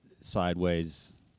sideways